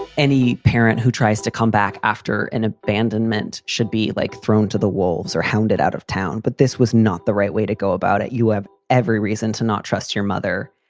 any parent who tries to come back after an abandonment should be like thrown to the wolves or hounded out of town. but this was not the right way to go about it. you have every reason to not trust your mother.